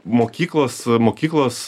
mokyklos mokyklos